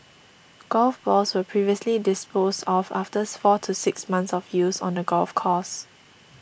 golf balls were previously disposed of after four to six months of use on the golf course